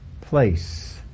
place